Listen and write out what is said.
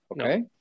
okay